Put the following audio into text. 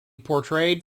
portrayed